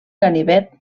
ganivet